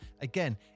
again